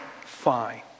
fine